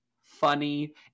funny